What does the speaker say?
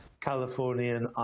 Californian